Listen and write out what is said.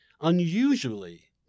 unusually